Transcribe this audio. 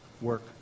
work